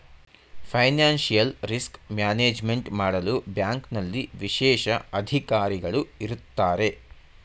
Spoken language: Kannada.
ಫೈನಾನ್ಸಿಯಲ್ ರಿಸ್ಕ್ ಮ್ಯಾನೇಜ್ಮೆಂಟ್ ಮಾಡಲು ಬ್ಯಾಂಕ್ನಲ್ಲಿ ವಿಶೇಷ ಅಧಿಕಾರಿಗಳು ಇರತ್ತಾರೆ